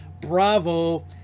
Bravo